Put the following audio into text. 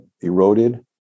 eroded